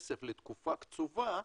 לתקופה קצובה,